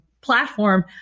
platform